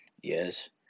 yes